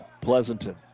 Pleasanton